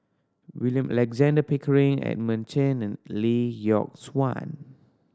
William Alexander Pickering Edmund Chen and Lee Yock Suan